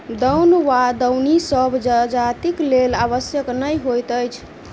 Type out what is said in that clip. दौन वा दौनी सभ जजातिक लेल आवश्यक नै होइत अछि